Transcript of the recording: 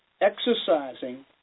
exercising